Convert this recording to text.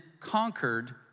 conquered